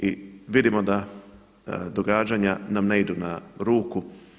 I vidimo da događanja nam ne idu na ruku.